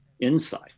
insight